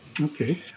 Okay